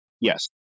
Yes